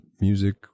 music